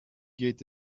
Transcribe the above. geht